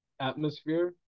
atmosphere